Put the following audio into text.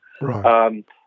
Right